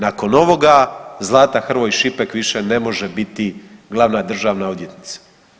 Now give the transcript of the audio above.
Nakon ovoga Zlata Hrvoj Šipek više ne može biti glavna državna odvjetnica.